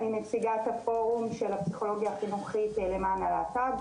אני נציגת הפורום של הפסיכולוגיה החינוכית למען הלהט"ב,